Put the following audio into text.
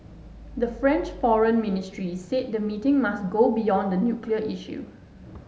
the French foreign ministry said the meeting must go beyond the nuclear issue